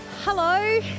Hello